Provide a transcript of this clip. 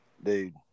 dude